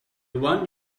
one